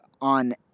on